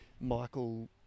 Michael